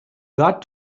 got